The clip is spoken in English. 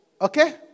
Okay